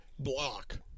block